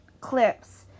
clips